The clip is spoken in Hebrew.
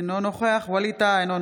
אינו נוכח ווליד טאהא,